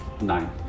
Nine